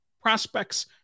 prospects